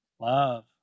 love